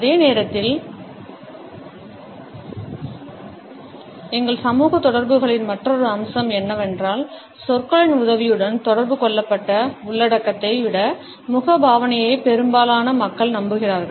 அதே நேரத்தில் எங்கள் சமூக தொடர்புகளின் மற்றொரு அம்சம் என்னவென்றால் சொற்களின் உதவியுடன் தொடர்பு கொள்ளப்பட்ட உள்ளடக்கத்தை விட முகபாவனையை பெரும்பாலான மக்கள் நம்புகிறார்கள்